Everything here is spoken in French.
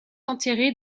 enterré